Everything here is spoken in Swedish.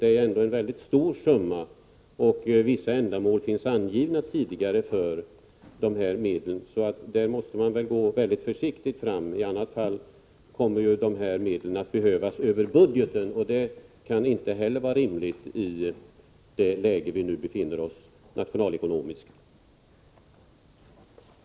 Det är ändå fråga om en mycket stor summa, och det är angivet att medlen skall användas för vissa ändamål. Här bör man därför gå försiktigt fram. I annat fall måste man för dessa ändamål anvisa medel över budgeten, och det kan inte vara rimligt med hänsyn till vårt nationalekonomiska läge.